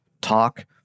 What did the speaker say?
talk